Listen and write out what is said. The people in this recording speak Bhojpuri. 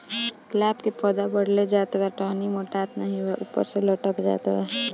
गुलाब क पौधा बढ़ले जात बा टहनी मोटात नाहीं बा ऊपर से लटक जात बा?